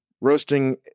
roasting